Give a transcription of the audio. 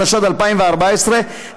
התשע"ד 2014,